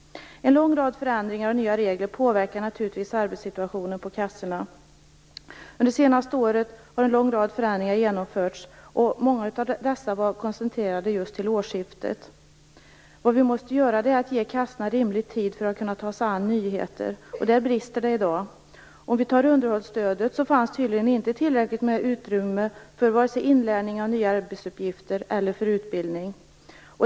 En lång rad förändringar och nya regler påverkar naturligtvis arbetssituationen på kassorna. Under det senaste året har en lång rad förändringar genomförts. Många av dessa var koncentrerade just till årsskiftet. Vad vi måste göra är att ge kassorna rimlig tid för att kunna ta sig an nyheter. Där brister det i dag. När det gäller underhållsstödet fanns det tydligen inte tillräckligt med utrymme för vare sig inlärning av nya arbetsuppgifter eller för utbildning.